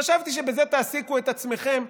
חשבתי שבזה תעסיקו את עצמכם,